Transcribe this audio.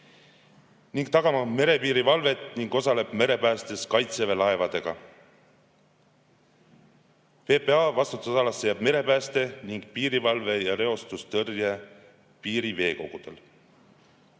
tagama merepiiri valvet ning osalema merepäästes Kaitseväe laevadega. PPA vastutusalasse jääb merepääste ning piirivalve ja reostustõrje piiriveekogudel.